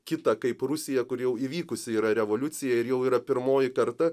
kitą kaip rusija kur jau įvykus yra revoliucija ir jau yra pirmoji karta